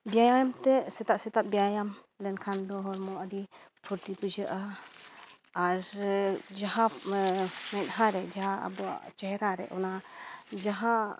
ᱵᱮᱭᱟᱢᱛᱮ ᱥᱮᱛᱟᱜ ᱥᱮᱛᱟᱜ ᱵᱮᱭᱟᱢ ᱞᱮᱠᱷᱟᱱ ᱫᱚ ᱦᱚᱲᱢᱚ ᱟᱹᱰᱤ ᱯᱷᱩᱨᱛᱤ ᱵᱩᱡᱷᱟᱹᱜᱼᱟ ᱟᱨ ᱡᱟᱦᱟᱸ ᱢᱮᱸᱰᱦᱟᱨᱮ ᱡᱟᱦᱟᱸ ᱟᱵᱚᱣᱟᱜ ᱪᱮᱦᱨᱟᱨᱮ ᱚᱱᱟ ᱡᱟᱦᱟᱸ